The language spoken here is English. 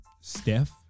Steph